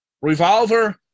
Revolver